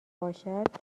باشد